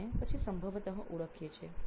અને પછી સંભવત ઓળખીએ છીએ